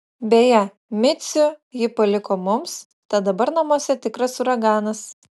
beje micių ji paliko mums tad dabar namuose tikras uraganas